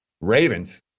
Ravens